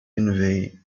envy